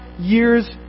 years